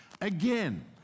again